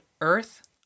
earth